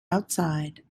outside